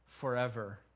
forever